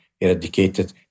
eradicated